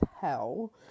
hell